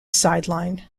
sideline